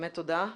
באמת תודה.